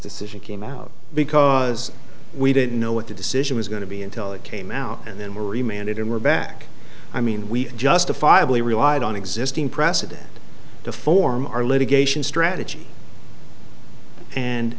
decision came out because we didn't know what the decision was going to be until it came out and then we're reminded and we're back i mean we justifiably relied on existing precedent to form our litigation strategy and